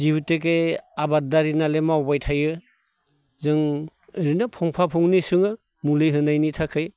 जिहेथुके आबादारि नालाय मावबाय थायो जों ओरैनो फंफा फंनै सोङो मुलि होनायनि थाखाय